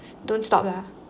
don't stop lah